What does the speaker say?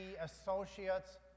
associates